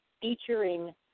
featuring